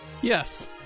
yes